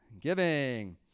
Giving